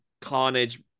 carnage